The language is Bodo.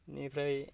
बिनिफ्राय